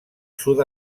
sud